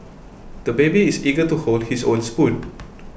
the baby is eager to hold his own spoon